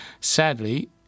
Sadly